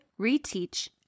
reteach